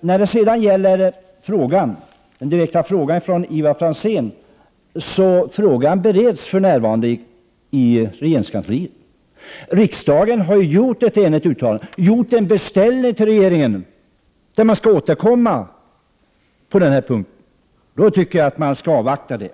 När det sedan gäller Ivar Franzéns direkta fråga vill jag säga att ärendet för närvarande bereds i regeringskansliet. Riksdagen har enhälligt gjort en beställning till regeringen om att regeringen skall återkomma på denna punkt. Jag tycker att man skall avvakta detta.